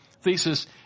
thesis